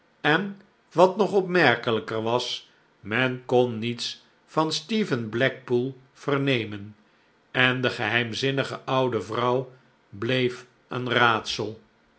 en wat nog opmerkelijker was men kon niets van stephen blackpool vernemen en de geheimzinnige oude vrouw bleef een raadsel